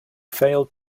failed